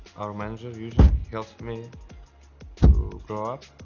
our manager usually helps me to grow up.